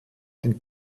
den